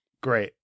Great